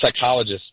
psychologist